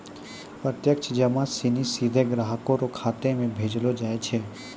प्रत्यक्ष जमा सिनी सीधे ग्राहक रो खातो म भेजलो जाय छै